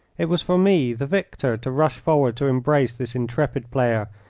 it was for me, the victor, to rush forward to embrace this intrepid player,